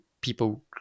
people